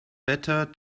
better